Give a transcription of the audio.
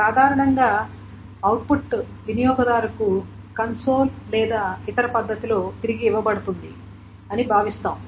సాధారణంగా అవుట్పుట్ వినియోగదారుకు కన్సోల్ లేదా ఇతర పద్ధతిలో తిరిగి ఇవ్వబడుతుంది అని భావిస్తాము